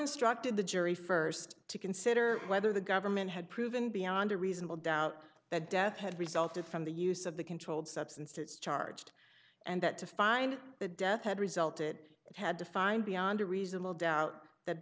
instructed the jury first to consider whether the government had proven beyond a reasonable doubt that death had resulted from the use of the controlled substances charged and that to find the death had resulted it had to find beyond a reasonable doubt that